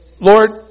Lord